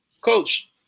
coach